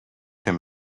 him